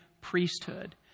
priesthood